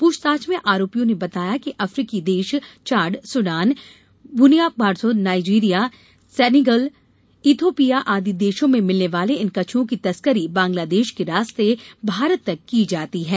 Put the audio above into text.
पूछताछ में आरोपियों ने बताया कि अफ्रीकी देश Chad Sudan Burkina Faso Nigeria Senegal Ethiopia आदि देशों में मिलने वाले इन कछुओं की तस्करी बांग्लादेश के रास्ते भारत तक की जाती है